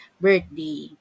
birthday